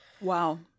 Wow